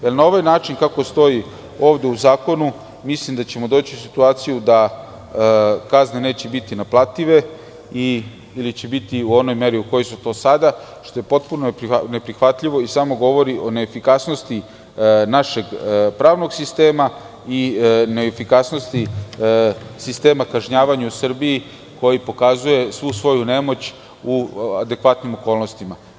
Na ovaj način kako stoji ovde u zakonu, mislim da ćemo doći u situaciju da kazne neće biti naplative ili će biti u onoj meri u kojoj su to sada, što je potpuno neprihvatljivo i samo govori o neefikasnosti našeg pravnog sistem i neefikasnosti sistema kažnjavanja u Srbiji koji pokazuje svu svoju nemoć u adekvatnim okolnostima.